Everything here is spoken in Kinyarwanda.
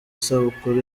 isabukuru